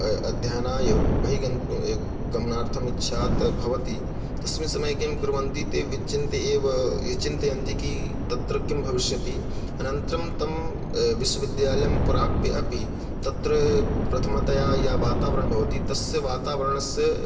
अ अध्ययनाय बहि गन् गमनार्थमिच्छा तु भवति तस्मिन् समये किं कुर्वन्ति ते विचिन्ति एव विचिन्तयन्ति की तत्र किं भविष्यति अनन्तरं तं विश्व विद्यालयं प्राप्य अपि तत्र प्रथमतया या वातावरणं भवति तस्य वातावरणस्य